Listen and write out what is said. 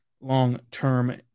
long-term